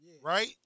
right